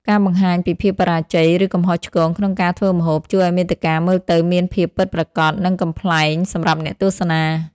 ការបង្ហាញពីភាពបរាជ័យ ឬកំហុសឆ្គងក្នុងការធ្វើម្ហូប ជួយឱ្យមាតិកាមើលទៅមានភាពពិតប្រាកដ និងកំប្លែងសម្រាប់អ្នកទស្សនា។